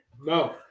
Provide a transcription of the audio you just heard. No